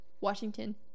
Washington